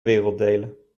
werelddelen